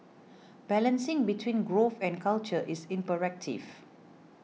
balancing between growth and culture is imperative